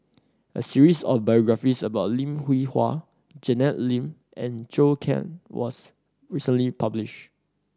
a series of biographies about Lim Hwee Hua Janet Lim and Zhou Can was recently publish